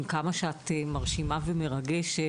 עם כמה שאת מרשימה ומרגשת,